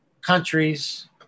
countries